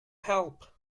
help